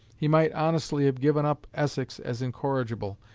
he might honestly have given up essex as incorrigible,